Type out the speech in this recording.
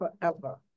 forever